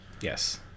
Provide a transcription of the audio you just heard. yes